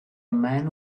men